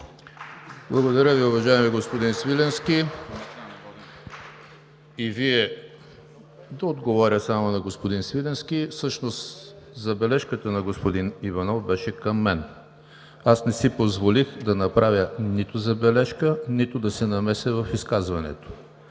Благодаря Ви, уважаеми господин Свиленски. Да отговоря само на господин Свиленски. Всъщност забележката на господин Иванов беше към мен. Не си позволих да направя нито забележка, нито да се намеся в изказването.